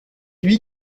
lui